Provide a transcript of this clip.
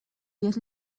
diez